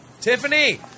Tiffany